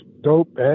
dope